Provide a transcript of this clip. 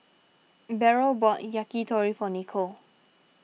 Beryl bought Yakitori for Nikole